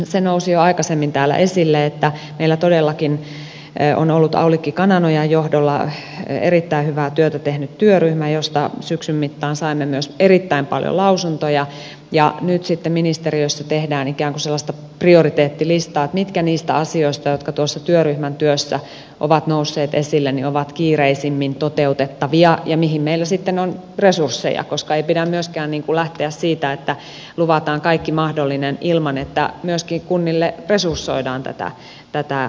se nousi jo aikaisemmin täällä esille että meillä todellakin on ollut aulikki kananojan johdolla erittäin hyvää työtä tehnyt työryhmä josta syksyn mittaan saimme myös erittäin paljon lausuntoja ja nyt sitten ministeriössä tehdään ikään kuin sellaista prioriteettilistaa mitkä niistä asioista jotka tuossa työryhmän työssä ovat nousseet esille ovat kiireisimmin toteutettavia ja mihin meillä sitten on resursseja koska ei pidä myöskään lähteä siitä että luvataan kaikki mahdollinen ilman että myöskin kunnille resursoidaan tätä asiaa